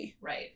Right